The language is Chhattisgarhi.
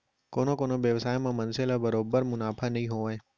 कोनो कोनो बेवसाय म मनसे ल बरोबर मुनाफा नइ होवय